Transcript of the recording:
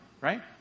right